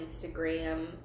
Instagram